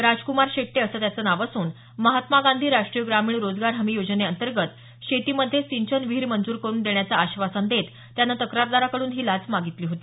राजकमार शेट्टे असं त्याचं नाव असून महात्मा गांधी राष्ट्रीय ग्रामीण रोजगार हमी योजनेअंतर्गत शेतीमध्ये सिंचन विहीर मंजूर करुन देण्याचं आश्वासन देत त्यानं तक्रारदाराकडून ही लाच मागितली होती